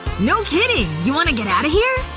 no kidding! you wanna get out of here?